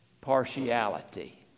partiality